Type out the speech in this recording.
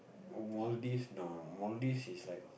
oh Maldives no Maldives is like